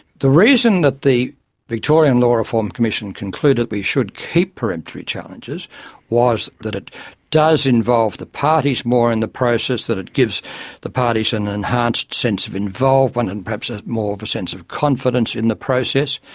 the reason that the victorian law reform commission concluded we should keep peremptory challenges was that it does involve involve the parties more in the process, that it gives the parties and an enhanced sense of involvement and perhaps ah more of a sense of confidence in the process.